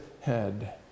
head